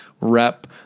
rep